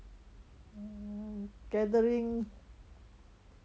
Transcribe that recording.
um gathering